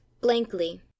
blankly